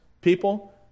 people